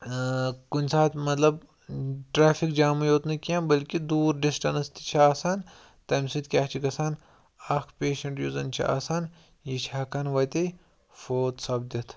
ٲں کُنہِ ساتہٕ مطلب ٹریفِک جامٕے یوٗت نہٕ کیٚنٛہہ بلکہِ دوٗر ڈِسٹیٚنٕس تہِ چھِ آسان تَمہِ سۭتۍ کیاہ چھِ گژھان اَکھ پیشَنٛٹ یُس زَن چھِ آسان یہِ چھِ ہیٚکان وَتے فوٗت سَپدِتھ